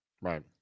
Right